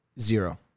Zero